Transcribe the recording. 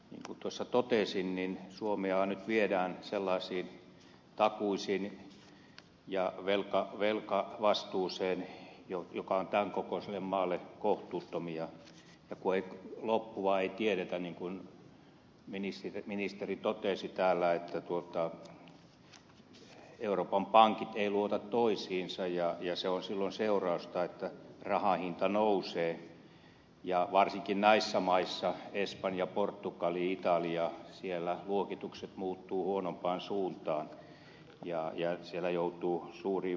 niin kuin tuossa totesin suomea viedään nyt sellaisiin takuisiin ja velkavastuuseen jotka ovat tämän kokoiselle maalle kohtuuttomia ja loppua ei tiedetä niin kuin ministeri totesi täällä että euroopan pankit eivät luota toisiinsa ja se on silloin seurausta että rahan hinta nousee ja varsinkin näissä maissa espanjassa portugalissa italiassa luokitukset muuttuvat huonompaan suuntaan ja siellä joutuu suuriin vaikeuksiin